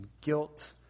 Guilt